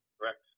Correct